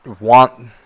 want